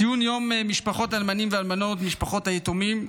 ציון יום משפחות אלמנים ואלמנות, משפחות היתומים,